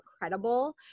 incredible